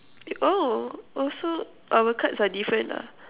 oh so our cards are different ah